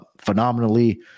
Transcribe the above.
phenomenally